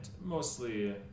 mostly